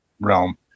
realm